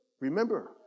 remember